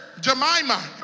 Jemima